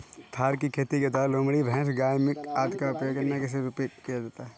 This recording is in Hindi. फर की खेती के द्वारा लोमड़ी, भैंस, गाय, मिंक आदि का उपयोग किसी ना किसी रूप में किया जाता है